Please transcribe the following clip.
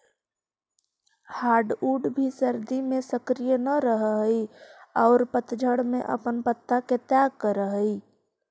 hardwood भी सर्दि में सक्रिय न रहऽ हई औउर पतझड़ में अपन पत्ता के त्याग करऽ हई